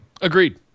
Agreed